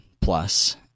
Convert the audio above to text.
plus